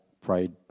prayed